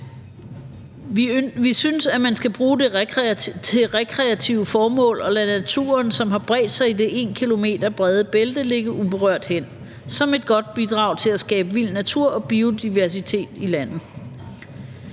Vi synes, at man skal bruge dem til rekreative formål og lade naturen, som har bredt sig i det 1 km brede bælte, ligge uberørt hen som et godt bidrag til at skabe vild natur og biodiversitet i landet.